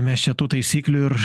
mes čia tų taisyklių ir